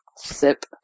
sip